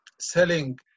selling